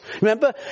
Remember